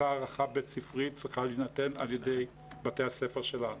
אותה הערכה בית ספרית צריכה להינתן על ידי בתי הספר שלנו.